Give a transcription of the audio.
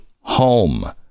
home